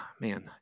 man